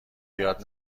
یاد